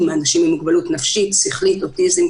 אנשים עם מוגבלות היו מכירים יותר את האוכלוסייה,